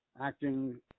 acting